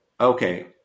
okay